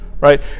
Right